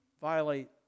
violate